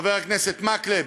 חבר הכנסת מקלב,